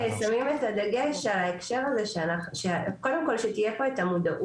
אנחנו באמת שמים את הדגש קודם כל על זה שתהיה פה את המודעות.